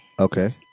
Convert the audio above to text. Okay